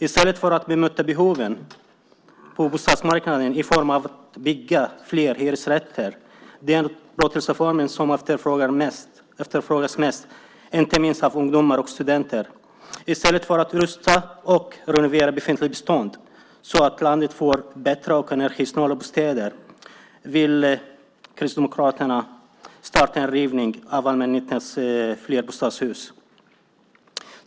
I stället för att bemöta behoven på bostadsmarknaden i form av att bygga fler hyresrätter - det är den upplåtelseform som efterfrågas mest, inte minst av ungdomar och studenter - och i stället för att rusta och renovera befintligt bestånd så att landet får bättre och energisnålare bostäder vill Kristdemokraterna starta en rivning av allmännyttans flerbostadshus.